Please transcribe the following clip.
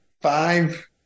five